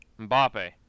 Mbappe